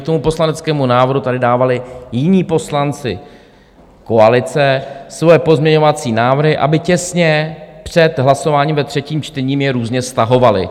K tomu poslaneckému návrhu tady dávali jiní poslanci koalice svoje pozměňovací návrhy, aby těsně před hlasováním ve třetím čtení je různě stahovali.